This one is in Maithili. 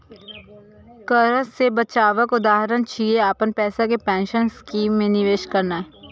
कर सं बचावक उदाहरण छियै, अपन पैसा कें पेंशन स्कीम मे निवेश करनाय